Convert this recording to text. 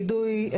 יידוי,